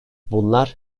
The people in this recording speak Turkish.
bunlar